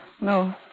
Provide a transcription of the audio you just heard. No